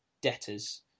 debtors